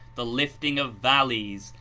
the lifting of valleys,